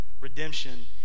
redemption